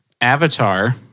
Avatar